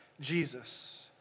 Jesus